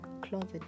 Closet